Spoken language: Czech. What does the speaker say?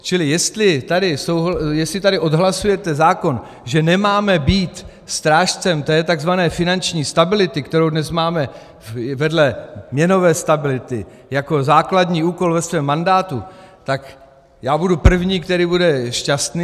Čili jestli tady odhlasujete zákon, že nemáme být strážcem té tzv. finanční stability, kterou dnes máme vedle měnové stability jako základní úkol ve svém mandátu, tak já budu první, který bude šťastný.